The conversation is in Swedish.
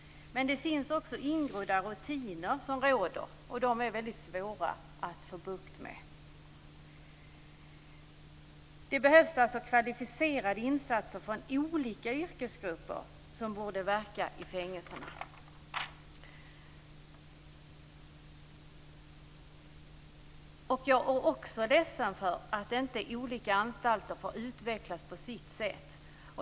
Det finns också ingrodda rutiner, och de är väldigt svåra att få bukt med. Det behövs alltså kvalificerade insatser från olika yrkesgrupper, som borde verka i fängelserna. Jag är också ledsen för att inte olika anstalter får utvecklas på sitt sätt.